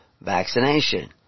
vaccination